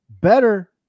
Better